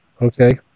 okay